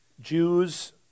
Jews